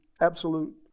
absolute